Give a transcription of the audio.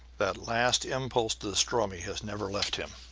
that last impulse to destroy me has never left him.